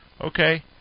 Okay